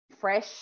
fresh